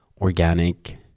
organic